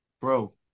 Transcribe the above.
bro